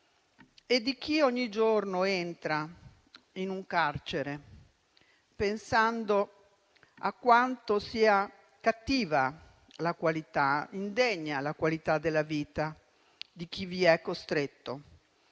e di chi ogni giorno entra in un carcere pensando a quanto sia cattiva e indegna la qualità della vita di chi vi è costretto